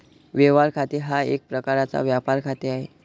व्यवहार खाते हा एक प्रकारचा व्यापार खाते आहे